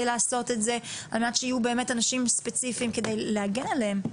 לעשות את זה על מנת שיהיו אנשים ספציפיים כדי להגן עליהם,